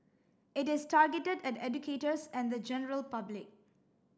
it is targeted at educators and the general public